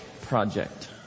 Project